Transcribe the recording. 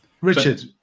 Richard